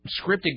scripted